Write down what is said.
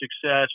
success